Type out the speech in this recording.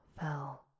fell